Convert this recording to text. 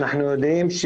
אנחנו יודעים,